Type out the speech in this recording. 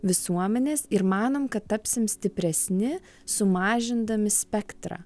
visuomenės ir manom kad tapsim stipresni sumažindami spektrą